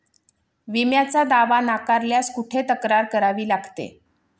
विम्याचा दावा नाकारल्यास कुठे तक्रार करावी लागते?